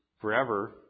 forever